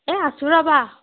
এ আছোঁ ৰ'বা